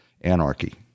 anarchy